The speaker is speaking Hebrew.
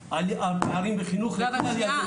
ליבי על פערים בחינוך לכל ילדי ישראל.